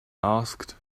asked